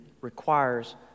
requires